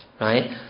right